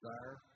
desire